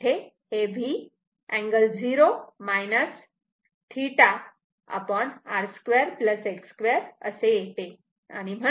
तर इथे हे V अँगल 0 θ √ R2 X2 असे येते